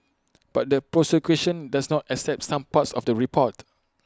but the prosecution does not accept some parts of the report